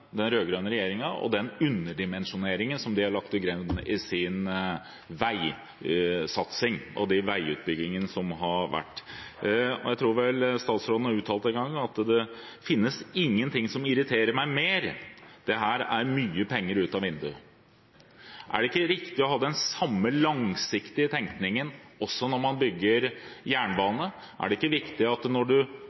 til grunn i sin veisatsing og i de veiutbyggingene som har vært. Jeg tror statsråden har uttalt en gang at det finnes ingen ting som irriterer ham mer – at dette er mye penger ut av vinduet. Er det ikke viktig å ha den samme langsiktige tenkningen også når man bygger jernbane? Er det ikke viktig når man bygger ut intercity Oslo–Lillehammer, at